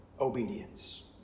obedience